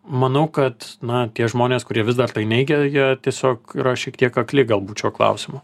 manau kad na tie žmonės kurie vis dar tai neigia jie tiesiog yra šiek tiek akli galbūt šiuo klausimu